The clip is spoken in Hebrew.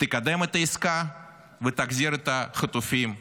תקדם את העסקה ותחזיר את החטופים הביתה.